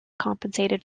compensated